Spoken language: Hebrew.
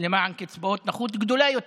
למען קצבת נכות גדולה יותר.